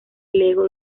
lego